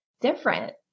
different